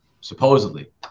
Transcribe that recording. supposedly